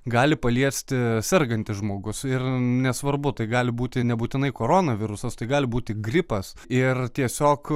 gali paliesti sergantis žmogus ir nesvarbu tai gali būti nebūtinai korona virusas tai gali būti gripas ir tiesiog